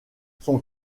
son